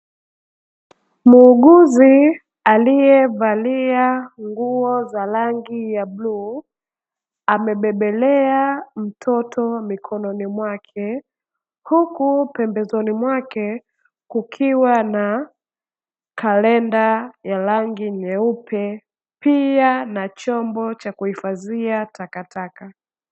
Muuguzi aliyevalia nguo za rangi ya bluu, amebebelea mtoto mikononi mwake, huku pembezoni mwake kukiwa na kalenda ya rangi nyeupe, pia na chombo cha kuhifadhia takataka.